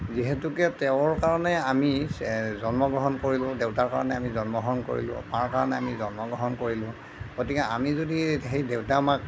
যিহেতুকে তেওঁৰ কাৰণেই আমি জন্মগ্ৰহণ কৰিলোঁ দেউতাৰ কাৰণেই আমি জন্মগ্ৰহণ কৰিলোঁ মাৰ কাৰণেই আমি জন্মগ্ৰহণ কৰিলোঁ গতিকে আমি যদি এই সেই দেউতা মাক